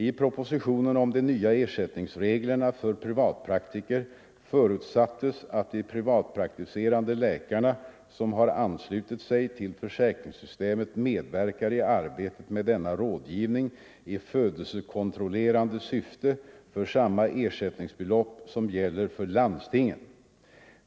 I propositionen om de nya ersättningsreglerna för privatpraktiker förutsattes att de privatpraktiserande läkare som har anslutit sig till försäkringssystemet medverkar i arbetet med denna rådgivning i födelsekontrollerande syfte för samma ersättningsbelopp som gäller för landstingen.